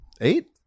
eight